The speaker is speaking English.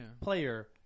player